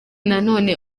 nanone